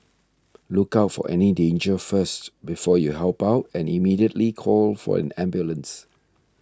look out for any danger first before you help out and immediately call for an ambulance